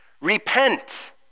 Repent